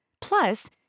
Plus